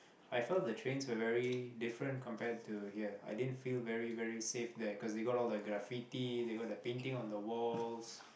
I felt the trains were very different compared to here i didn't feel very very safe there cause they've got all that graffiti they got the painting on the walls